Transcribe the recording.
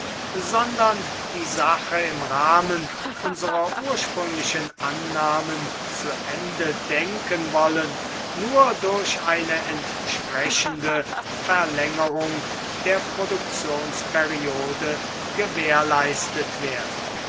sondern die sache im rahmen unserer ursprünglichen annahmen zu ende denken wollen nur durch eine entsprechende verlängerung der produktionsperiode gewährleistet werden